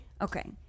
Okay